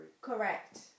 Correct